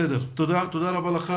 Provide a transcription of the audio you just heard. בסדר, תודה, תודה רבה לך.